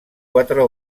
quatre